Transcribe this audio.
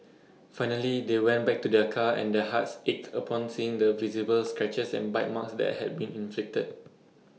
finally they went back to their car and their hearts ached upon seeing the visible scratches and bite marks that had been inflicted